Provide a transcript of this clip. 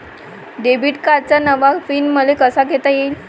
Debit कार्डचा नवा PIN मले कसा घेता येईन?